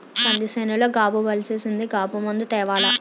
కంది సేనులో గాబు బలిసీసింది గాబు మందు తేవాల